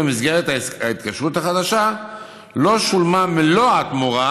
להתקשרות החדשה לא שולמה מלוא התמורה,